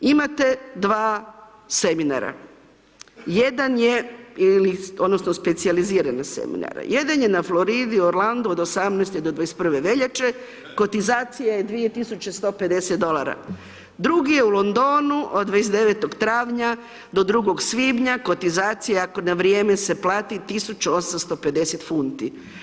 Imate dva seminara, jedan je ili, odnosno specijalizirana seminara, jedan je na Floridi u Orlandu od 18. do 21. veljače, kotizacija je 2150 dolara, drugi je u Londonu od 29. travnja do 2. svibnja, kotizacija ako na vrijeme se plati 1850 funti.